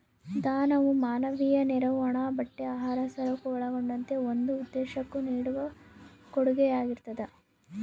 ದಾನವು ಮಾನವೀಯ ನೆರವು ಹಣ ಬಟ್ಟೆ ಆಹಾರ ಸರಕು ಒಳಗೊಂಡಂತೆ ಒಂದು ಉದ್ದೇಶುಕ್ಕ ನೀಡುವ ಕೊಡುಗೆಯಾಗಿರ್ತದ